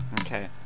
Okay